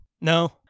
No